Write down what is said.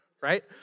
right